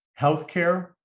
healthcare